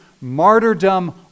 martyrdom